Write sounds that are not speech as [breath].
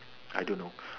I don't know [breath]